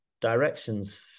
directions